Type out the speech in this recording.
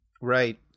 Right